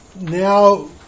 now